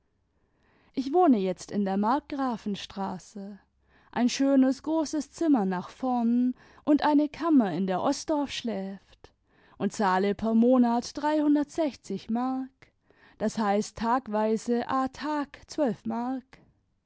ich wohne jetzt in der markgrafenstraße ein schönes großes zimmer nach vom und eine kammer in der osdorff schläft und zahle per monat dreihundertsechzig mark d h tagweise ä tag mark